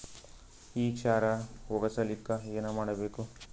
ಈ ಕ್ಷಾರ ಹೋಗಸಲಿಕ್ಕ ಏನ ಮಾಡಬೇಕು?